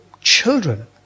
children